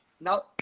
Now